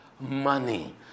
Money